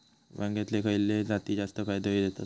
वांग्यातले खयले जाती जास्त फायदो देतत?